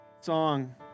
Song